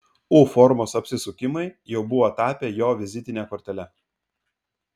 u formos apsisukimai jau buvo tapę jo vizitine kortele